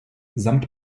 samt